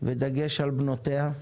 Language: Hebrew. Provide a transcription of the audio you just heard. ודגש על בנותיה,